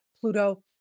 Pluto